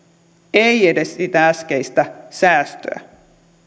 ei edes sitä äskeistä säästöä